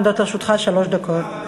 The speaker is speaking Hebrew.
עומדות לרשותך שלוש דקות.